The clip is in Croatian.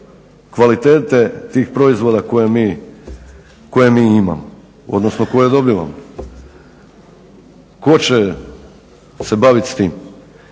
kvalitete tih proizvoda koje mi imamo odnosno koje dobivamo? Tko će se baviti s tim?